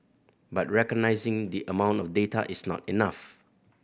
but recognising the amount of data is not enough